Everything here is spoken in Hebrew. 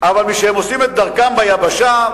אבל משהם עושים את דרכם ביבשה,